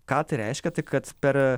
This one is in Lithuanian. ką tai reiškia tai kad per